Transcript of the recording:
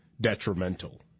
detrimental